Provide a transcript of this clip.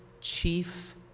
chief